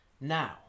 Now